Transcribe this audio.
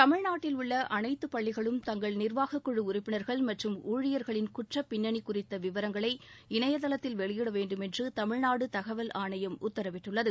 தமிழ்நாட்டில் உள்ள அனைத்துப் பள்ளிகளும் தங்கள் நிர்வாகக் குழு உறுப்பினர்கள் மற்றும் ஊழியர்களின் குற்றப் பின்னனி குறித்த விவரங்களை இணையதளத்தில் வெளியிட வேண்டுமென்று தமிழ்நாடு தகவல் ஆணையம் உத்தரவிட்டுள்ளது